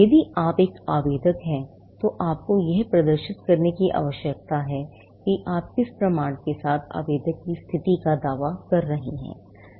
यदि आप एक आवेदक है तो आपको यह प्रदर्शित करने की आवश्यकता है कि आप किस प्रमाण के साथ आवेदक की स्थिति का दावा कर रहे हैं